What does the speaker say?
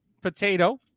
potato